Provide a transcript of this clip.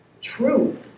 true